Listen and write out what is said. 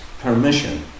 permission